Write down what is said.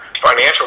financial